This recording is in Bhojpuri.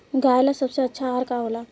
गाय ला सबसे अच्छा आहार का होला?